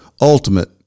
ultimate